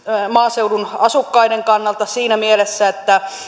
maaseudun asukkaiden kannalta siinä mielessä että